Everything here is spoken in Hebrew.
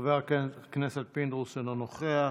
חבר הכנסת פינדרוס, אינו נוכח,